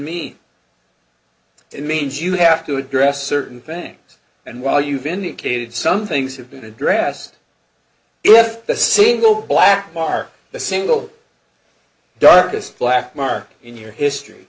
me it means you have to address certain things and while you've indicated some things have been addressed if the single black mark the single darkest black mark in your history